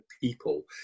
people